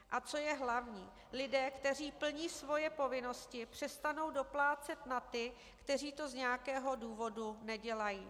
A co je hlavní, lidé, kteří plní svoje povinnosti, přestanou doplácet na ty, kteří to z nějakého důvodu nedělají.